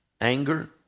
anger